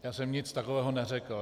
Já jsem nic takového neřekl.